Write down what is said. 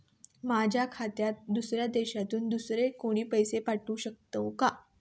माझ्या खात्यात दुसऱ्या देशातून दुसरे कोणी पैसे पाठवू शकतो का?